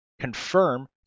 confirm